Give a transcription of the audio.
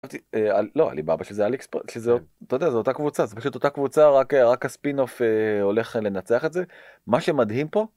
לא, עלי באבא שזה אלי אקספרס אתה יודע שזה אותה קבוצה זה פשוט אותה קבוצה רק רק הספין-אוף הולך לנצח את זה. מה שמדהים פה